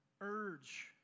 urge